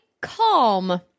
Calm